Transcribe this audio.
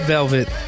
Velvet